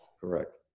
Correct